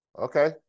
Okay